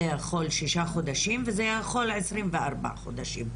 זה יכול שישה חודשים וזה יכול 24 חודשים,